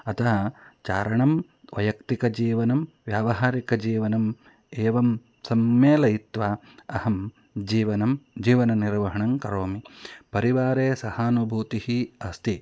अत्र चारणं वैयक्तिकजीवनं व्यावहारिकजीवनम् एवं सम्मेलयित्वा अहं जीवनं जीवननिर्वहणं करोमि परिवारे सहानुभूतिः अस्ति